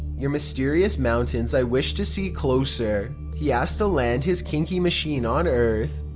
your mysterious mountains i wish to see closer. he asks to land his kinky machine on earth.